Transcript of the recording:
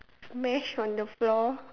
smash on the floor